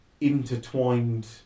intertwined